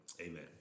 Amen